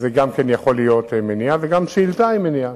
גם זה יכול להיות מניע, וגם שאילתא היא מניע.